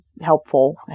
helpful